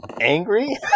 angry